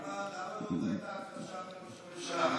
למה זאת הייתה החלטה של ראש הממשלה?